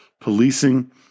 policing